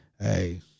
Hey